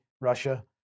Russia